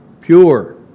pure